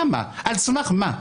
על סמך מה?